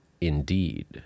indeed